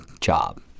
job